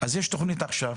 אז יש תוכנית עכשיו,